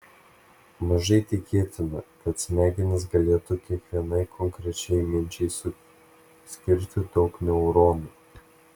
mažai tikėtina kad smegenys galėtų kiekvienai konkrečiai minčiai skirti daug neuronų